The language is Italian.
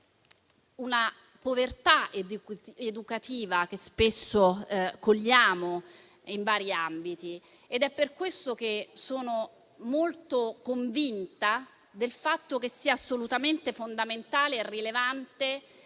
di povertà educativa, che spesso cogliamo in vari ambiti. È per questo che sono molto convinta del fatto che sia assolutamente fondamentale e rilevante